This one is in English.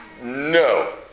No